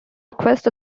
request